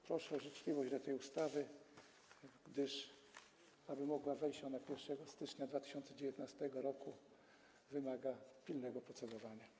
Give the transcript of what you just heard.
Proszę o życzliwość dla tej ustawy, gdyż aby mogła wejść ona 1 stycznia 2019 r., wymaga pilnego procedowania.